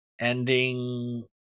ending